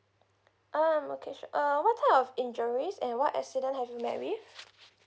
um okay sure uh what type of injuries and what accident have you met with